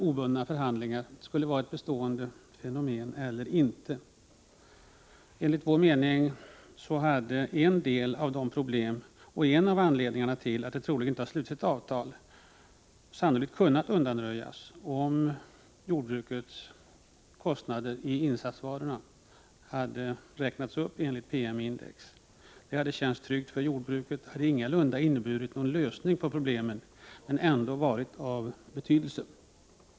obundna förhandlingar skall vara ett bestående fenomen eller inte. Enligt vår mening hade en del av problemen och en av anledningarna till att det inte har slutits ett avtal sannolikt kunnat undanröjas, om jordbrukets kostnader i insatsvaror hade räknats upp enligt PM-index. Det hade känts tryggt för jordbruket. Det hade ingalunda inneburit någon lösning på problemen men ändå varit av betydelse.